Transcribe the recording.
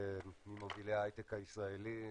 ממובילי ההייטק הישראלי,